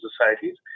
societies